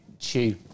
chew